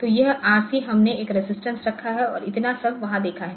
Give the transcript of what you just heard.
तो यह आरसी हमने एक रेसिस्टर रखा और इतना सब वहाँ देखा है